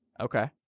Okay